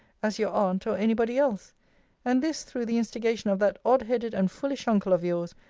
as your aunt, or any body else and this through the instigation of that odd-headed and foolish uncle of yours,